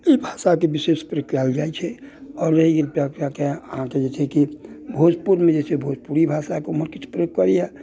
ई भाषाकेँ विशेष प्रयोग कयल जाइत छै आओर रहि गेल तब जाकऽ अहाँकेँ जे छै कि भोजपुरमे जे छै से भोजपुरी भाषाके उमहर किछु प्रयोग करैया